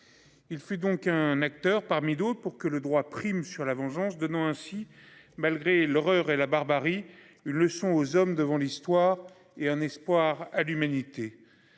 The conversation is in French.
Il fut donc un acteur parmi d'eau pour que le droit prime sur la vengeance donnant ainsi malgré l'horreur et la barbarie. Une leçon aux hommes devant l'histoire et un espoir à l'humanité.